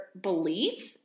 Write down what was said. beliefs